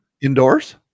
Indoors